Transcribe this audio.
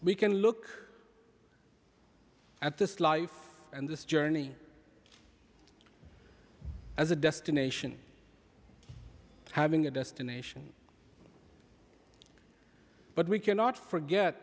we can look at this life and this journey as a destination having a destination but we cannot forget